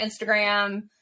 Instagram